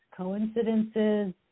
coincidences